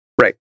Right